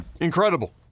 Incredible